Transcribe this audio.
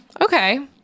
Okay